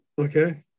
Okay